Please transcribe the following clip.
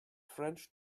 french